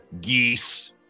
geese